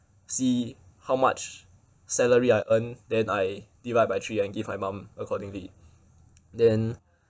see how much salary I earn then I divide by three and give my mum accordingly then